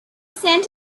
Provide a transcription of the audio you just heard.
sent